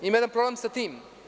Ima jedan problem sa tim.